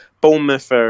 Bournemouth